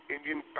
Indian